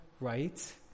right